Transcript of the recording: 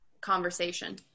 conversation